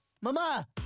mama